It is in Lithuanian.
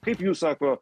kaip jūs sako